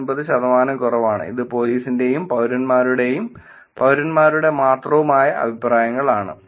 49 ശതമാനം കുറവാണ് ഇത് പോലീസിന്റെയും പൌരന്മാരുടെയും പൌരന്മാരുടെ മാത്രവുമായ അഭിപ്രായങ്ങൾ ആണ്